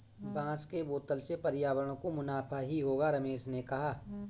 बांस के बोतल से पर्यावरण को मुनाफा ही होगा रमेश ने कहा